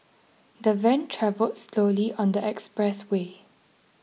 the van travelled slowly on the expressway